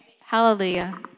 Hallelujah